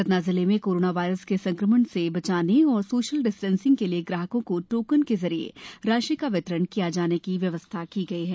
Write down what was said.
सतना जिले में corona virus के संक्रमण से बचाने और सोशल डिस्टेंसिंग के लिए ग्राहकों को टोकन के जरिए राशि का वितरण किए जाने की व्यवस्था की गई है